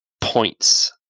points